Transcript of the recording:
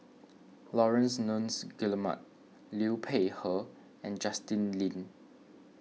Laurence Nunns Guillemard Liu Peihe and Justin Lean